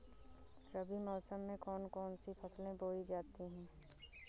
रबी मौसम में कौन कौन सी फसलें बोई जाती हैं?